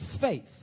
faith